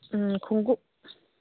ꯎꯝ ꯈꯣꯡꯒꯨꯞ